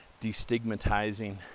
destigmatizing